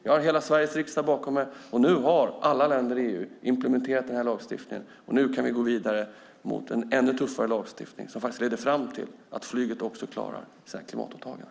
Jag har hela Sveriges riksdag bakom mig. Nu har alla länder i EU implementerat den här lagstiftningen, och nu kan vi gå vidare mot en ännu tuffare lagstiftning som leder till att flyget också klarar sitt klimatåtagande.